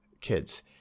kids